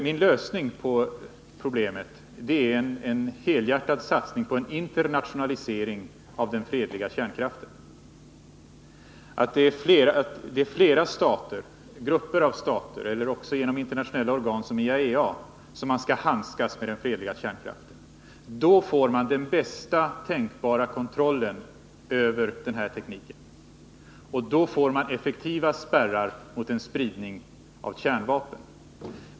Min lösning på problemet är en helhjärtad satsning på en internationalisering av den fredliga kärnkraften, så att flera stater eller grupper av stater — eller internationella organ, såsom IAEA — skall handskas med den fredliga kärnkraften. Då får man den bästa tänkbara kontrollen över den tekniken och då får man också effektiva spärrar mot spridning av kärnvapen.